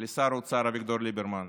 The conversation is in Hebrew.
לשר האוצר אביגדור ליברמן,